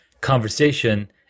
conversation